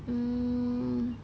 mm